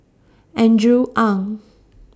Andrew Ang